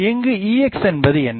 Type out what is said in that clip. இங்கு Exஎன்பது என்ன